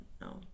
No